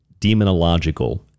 demonological